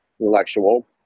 intellectual